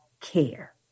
care